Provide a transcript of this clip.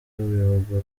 bivugwa